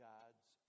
God's